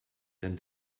denn